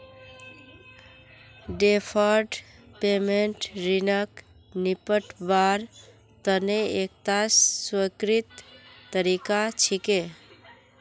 deferred payment ऋणक निपटव्वार तने एकता स्वीकृत तरीका छिके